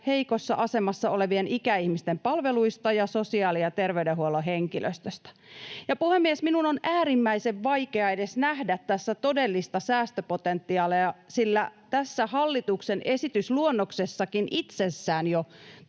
heikossa asemassa olevien ikäihmisten palveluista ja sosiaali- ja terveydenhuollon henkilöstöstä. Puhemies! Minun on äärimmäisen vaikea edes nähdä tässä todellista säästöpotentiaalia, sillä tässä hallituksen esitysluonnoksessakin itsessään jo